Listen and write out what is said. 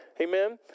Amen